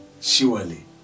surely